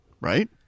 right